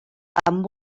amb